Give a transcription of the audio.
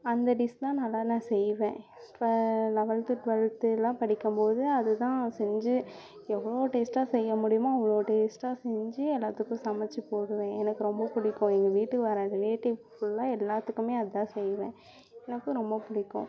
அந்த டிஷ் தான் நல்லா நான் செய்வேன் லவல்த்து டுவெல்த்துலாம் படிக்கும் போது அது தான் செஞ்சு எவ்வளோ டேஸ்டாக செய்ய முடியுமோ அவ்வளோ டேஸ்டாக செஞ்சு எல்லாத்துக்கும் சமச்சு போடுவேன் எனக்கு ரொம்ப பிடிக்கும் எங்கள் வீட்டுக்கு வர ரிலேடிவ் ஃபுல்லாக எல்லாத்துக்குமே அது தான் செய்வேன் எனக்கும் ரொம்ப பிடிக்கும்